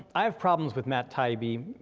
i have problems with matt taibbi,